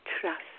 trust